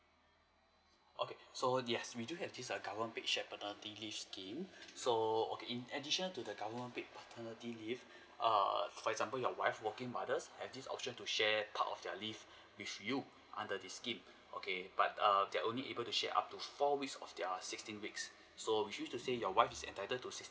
okay so yes we do have this err government paid shared paternity leave scheme so okay in additional to the government paid paternity leave err for example your wife working mother and this option to share part of their leave with you under this scheme okay but err they are only able to share up to four weeks of their sixteen weeks so which mean to say your wife is entitled to sixteen